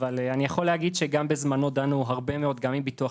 אבל אני יכול להגיד שגם בזמנו דנו הרבה מאוד גם עם הביטוח